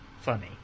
funny